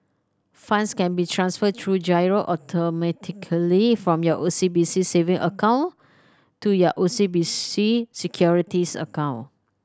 funds can be transferred through giro automatically from your O C B C saving account to your O C B C Securities account